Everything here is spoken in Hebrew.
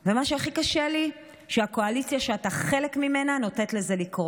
ומה שהכי קשה לי הוא שהקואליציה שאתה חלק ממנה נותנת לזה לקרות.